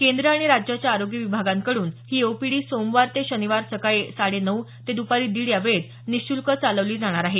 केंद्र आणि राज्याच्या आरोग्य विभागांकडून ही ई ओपीडी सोमवार ते शनिवार सकाळी साडे नऊ ते दुपारी दीड या वेळेत निःशुल्क चालवली जाणार आहे